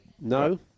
no